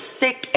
sick